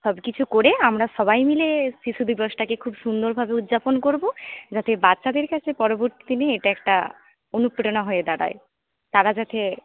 সব কিছু করে আমরা সবাই মিলে শিশুদিবসটাকে খুব সুন্দরভাবে উদযাপন করবো যাতে বাচ্চাদের কাছে পরবর্তী দিনে এটা একটা অনুপ্রেরণা হয়ে দাঁড়ায় তারা যাতে